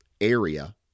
area